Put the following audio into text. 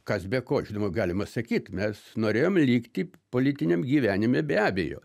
kas be ko žinoma galima sakyt mes norėjom likti politiniam gyvenime be abejo